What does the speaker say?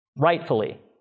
Rightfully